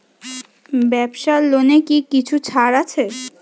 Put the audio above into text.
ব্যাবসার লোনে কি কিছু ছাড় আছে?